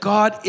God